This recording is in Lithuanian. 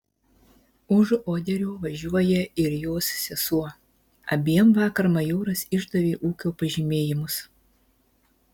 už oderio važiuoja ir jos sesuo abiem vakar majoras išdavė ūkio pažymėjimus